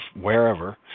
wherever